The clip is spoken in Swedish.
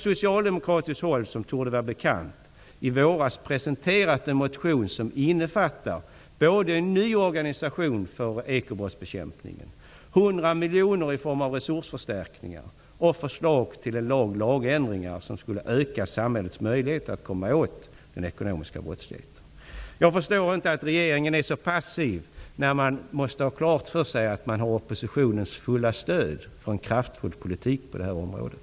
Som torde vara bekant presenterade vi från socialdemokraterna en motion som innefattar en ny organisation för ekobrottsbekämpningen -- 100 miljoner i form av resursförstärkningar -- och förslag till lagändringar som skulle öka samhällets möjligheter att komma åt den ekonomiska brottsligheten. Jag förstår inte att regeringen är så passiv, när man borde ha klart för sig att man har oppositionens fulla stöd för en kraftfull politik på det här området.